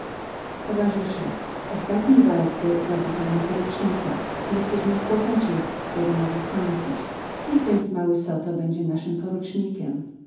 towarzysze w ostatniej walce zabito nam porucznika testa lungi sprzeczaliśmy się kto go ma zastąpić niech więc mały zoto będzie naszym porucznikiem